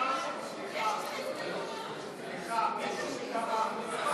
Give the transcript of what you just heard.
אין הסתייגויות.